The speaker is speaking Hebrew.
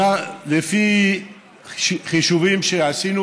לפי חישובים שעשינו,